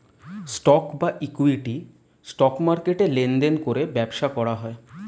stock বা equity, stock মার্কেটে লেনদেন করে ব্যবসা করা হয়